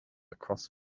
across